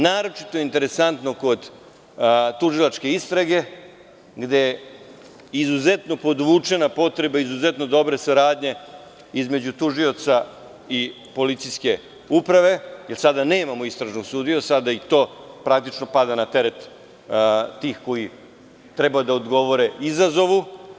Naročito je interesantno kod tužilačke istrage, gde je izuzetno podvučena potreba izuzetno dobre saradnje između tužioca i policijske uprave, jer sada nemamo istražnog sudiju, sada i to praktično pada na teret tih koji treba da odgovore izazovu.